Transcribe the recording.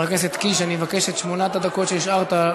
חבר הכנסת קיש, אני מבקש את שמונה הדקות שהשארת,